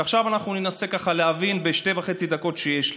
ועכשיו אנחנו ננסה ככה להבין בשתי דקות וחצי שיש לי: